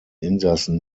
insassen